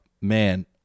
Man